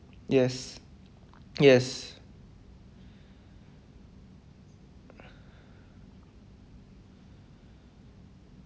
yes yes